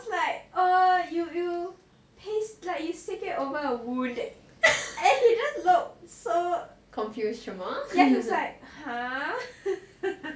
I was like err you stick it over a wound and he just looks so confused 什么 he was like !huh!